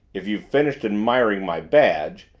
if you've finished admiring my badge,